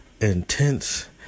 intense